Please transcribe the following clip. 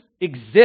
exist